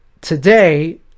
today